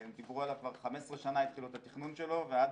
שדיברו עליו וכבר לפני 15 שנה התחילו את התכנון שלו ועד